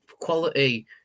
quality